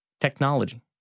Technology